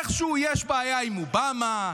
איכשהו יש בעיה עם אובמה,